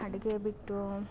ಅಡ್ಗೆ ಬಿಟ್ಟು